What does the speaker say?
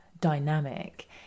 dynamic